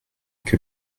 que